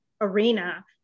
arena